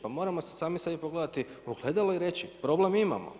Pa moramo sami sebe pogledati u ogledalo i reći problem imamo.